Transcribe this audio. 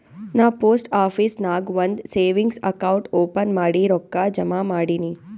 ನಾ post office ನಾಗ್ ಒಂದ್ ಸೇವಿಂಗ್ಸ್ ಅಕೌಂಟ್ ಓಪನ್ ಮಾಡಿ ರೊಕ್ಕಾ ಜಮಾ ಮಾಡಿನಿ